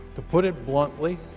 to put it bluntly,